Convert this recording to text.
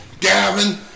Gavin